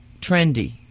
trendy